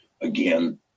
again